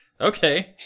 Okay